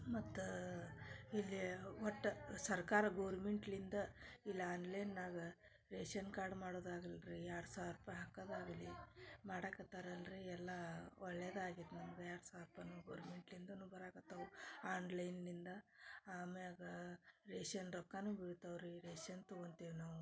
ಮತ್ತು ಇಲ್ಲಿ ಒಟ್ಟ ಸರ್ಕಾರ ಗೌರ್ಮೆಂಟ್ಲಿಂದ ಇಲ್ಲ ಆನ್ಲೈನ್ನಾಗ ರೇಷನ್ ಕಾರ್ಡ್ ಮಾಡೋದಾಗಲ್ರೀ ಎರಡು ಸಾವಿರರೂಪಾಯಿ ಹಾಕದಾಗಲಿ ಮಾಡಕತ್ತಾರಲ್ರೀ ಎಲ್ಲ ಒಳ್ಳೆಯದಾಗಿತ್ತು ನಮಗೆ ಎರಡು ಸಾವಿರರೂಪಾಯನ್ನು ಗೌರ್ಮೆಂಟ್ಲಿಂದನು ಬರಾಕತ್ತವು ಆನ್ಲೈನ್ನಿಂದ ಆಮ್ಯಾಗ ರೇಷನ್ ರೊಕ್ಕನು ಬೀಳ್ತವೆ ರೀ ರೇಷನ್ ತಗೊತೀವಿ ನಾವು